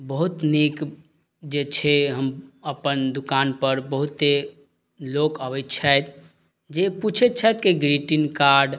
बहुत नीक जे छै हम अपन दुकान पर बहुते लोक अबै छथि जे पूछै छथिके ग्रीटिन कार्ड